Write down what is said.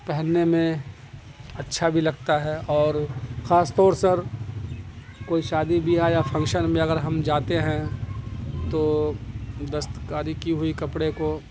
پہننے میں اچھا بھی لگتا ہے اور خاص طور سے کوئی شادی بیاہ یا فنکشن میں اگر ہم جاتے ہیں تو دستکاری کی ہوئی کپڑے کو